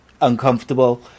uncomfortable